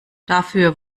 dafür